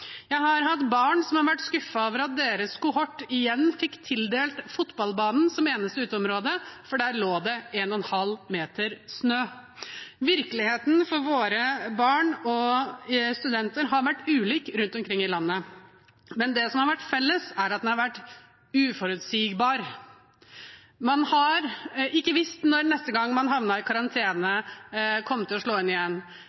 Jeg har hatt barn som har vært skuffet over at deres kohort igjen fikk tildelt fotballbanen som eneste uteområde, for der lå det en og en halv meter snø. Virkeligheten for våre barn og unge og studenter har vært ulik rundt omkring i landet. Men det som har vært felles, er at den har vært uforutsigbar. Man har ikke visst når neste gang man havnet i